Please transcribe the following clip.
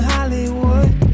Hollywood